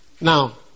Now